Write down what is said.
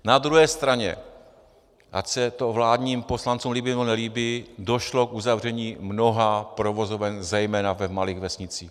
Na druhé straně, ať se to vládním poslancům líbí, nebo nelíbí, došlo k uzavření mnoha provozoven, zejména v malých vesnicích.